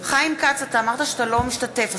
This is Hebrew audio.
חיים כץ, את, חיים כץ, אתה אמרת שאתה לא משתתף.